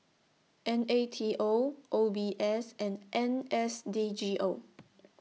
N A T O O B S and N S D G O